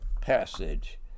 passage